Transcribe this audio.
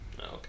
Okay